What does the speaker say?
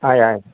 आहे आहे